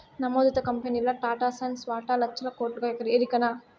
నమోదిత కంపెనీల్ల టాటాసన్స్ వాటా లచ్చల కోట్లుగా ఎరికనా